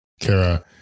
Kara